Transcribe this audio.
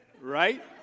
right